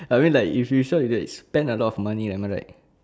I mean like if you sort that spend a lot of money am I right